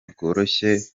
bworoshye